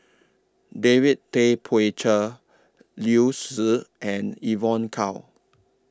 David Tay Poey Cher Liu Si and Evon Kow